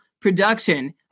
Production